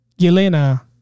yelena